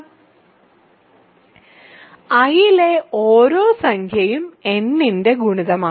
I ലെ ഓരോ സംഖ്യയും n ന്റെ ഗുണിതമാണ്